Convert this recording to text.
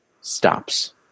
stops